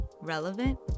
Relevant